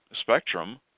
spectrum